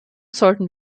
sollten